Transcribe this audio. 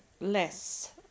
less